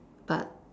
but